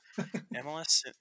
MLS